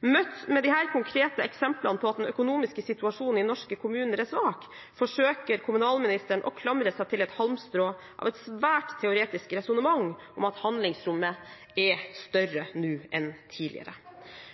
Møtt med disse konkrete eksemplene på at den økonomiske situasjonen i norske kommuner er svak, forsøker kommunalministeren å klamre seg til et halmstrå av et svært teoretisk resonnement om at handlingsrommet er større nå enn tidligere.